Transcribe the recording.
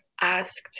asked